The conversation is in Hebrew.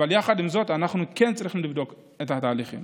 יחד עם זאת, אנחנו כן צריכים לבדוק את התהליכים.